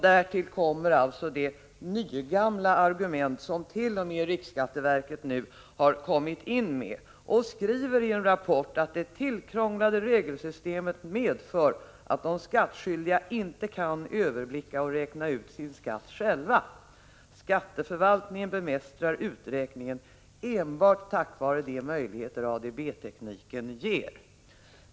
Därtill kommer alltså det nygamla argumentet, som t.o.m. riksskatteverket nu har tagit med i en rapport, att det tillkrånglade regelsystemet medför att de skattskyldiga inte kan överblicka och räkna ut sin skatt själva. Skatteförvaltningen bemästrar uträkningen enbart tack vare de möjligheter ADB tekniken ger.